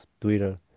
Twitter